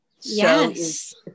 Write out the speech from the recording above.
Yes